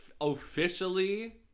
officially